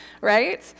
right